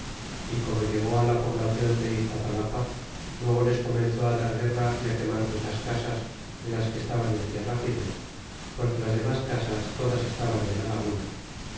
y como llegó la poblacion de istapalapa luego les comenzó dar guerra y quemar muchas casas de las que estaban en tierra firme porque las domas casas todas estaban en la laguna